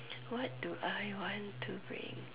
what do I want to bring